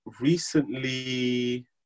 Recently